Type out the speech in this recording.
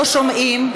לא שומעים.